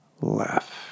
left